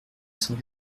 cent